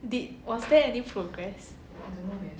did was there any progress